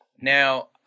Now